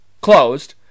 closed